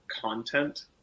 content